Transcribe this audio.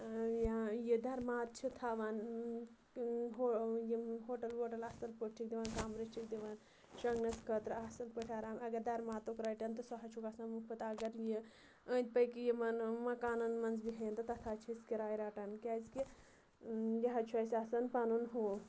یہِ دَرمات چھِ تھَوان ہو یِم ہوٹَل ووٹَل اَصٕل پٲٹھۍ چھِکھ دِوَان کَمرٕ چھِکھ دِوان شونٛگنَس خٲطرٕ اَصٕل پٲٹھۍ آرام اَگر درماتُک رَٹن تہٕ سُہ حظ چھُکھ آسان مُفُت اگر یہِ أنٛدۍ پٔکۍ یِمَن مکانَن منٛز بیٚہَن تہٕ تَتھ حظ چھِس کِراے رَٹان کیازِکہ یہِ حظ چھُ اَسہِ آسان پَنُن ہُہ